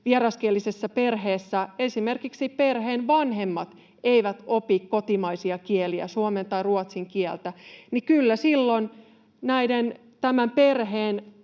vieraskielisessä perheessä esimerkiksi perheen vanhemmat eivät opi kotimaisia kieliä, suomen tai ruotsin kieltä, niin kyllä silloin tämän perheen